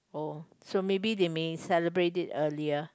oh so maybe they may celebrate it earlier